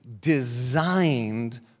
designed